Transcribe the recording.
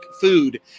food